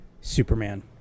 Superman